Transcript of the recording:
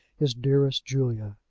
his dearest julia?